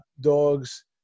dogs